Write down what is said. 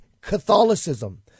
Catholicism